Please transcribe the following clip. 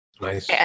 Nice